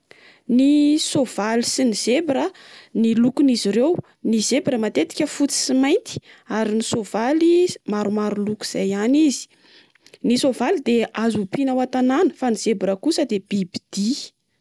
Ny soavaly sy ny zebra a, ny lokon'izy ireo. Ny zebra matetika fotsy sy mainty, ary ny soavaly maromaro loko izay ihany izy. Ny soavaly dia azo ompiana ao an-tanàna fa ny zebra kosa dia bibidia.